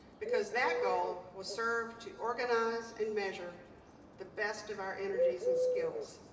because that goal will serve to organize and measure the best of our energies and skills.